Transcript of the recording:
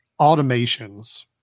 automations